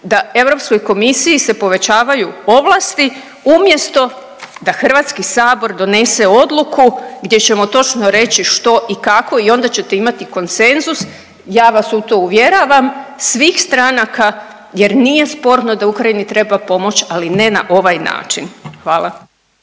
da Europskoj komisiji se povećavaju ovlasti umjesto da Hrvatski sabor donese odluku gdje ćemo točno reći što i kako i onda ćete imati konsenzus ja vas u to uvjeravam svih stranaka jer nije sporno da Ukrajini treba pomoći ali ne na ovaj način. Hvala.